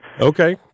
okay